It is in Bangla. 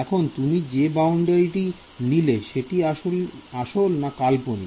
এখন তুমি যে বাউন্ডারি টি নিলে সেটিং আসল না কাল্পনিক